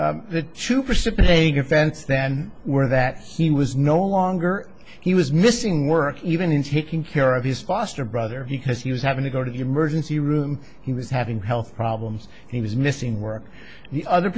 super playing offense then were that he was no longer he was missing work even in taking care of his foster brother because he was having to go to the emergency room he was having health problems he was missing work the other